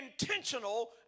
intentional